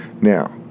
Now